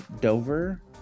Dover